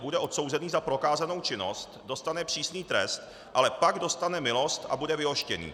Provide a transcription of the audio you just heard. Bude odsouzený za prokázanou činnost, dostane přísný trest, ale pak dostane milost a bude vyhoštěný.